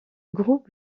groupe